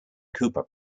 cooper